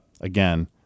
Again